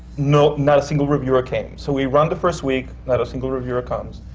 not not a single reviewer came. so we run the first week, not a single reviewer comes.